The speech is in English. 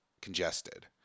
congested